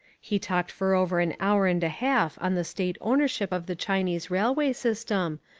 he talked for over an hour and a half on the state ownership of the chinese railway system,